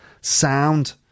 Sound